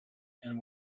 and